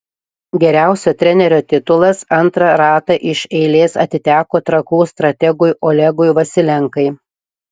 geriausio trenerio titulas antrą ratą iš eilės atiteko trakų strategui olegui vasilenkai